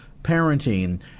parenting